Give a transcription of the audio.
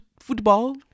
football